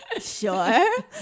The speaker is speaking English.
sure